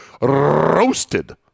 roasted